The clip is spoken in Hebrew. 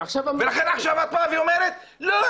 ועכשיו את באה ואומרת לא,